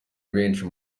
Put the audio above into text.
benshi